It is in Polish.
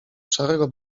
szarego